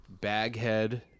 Baghead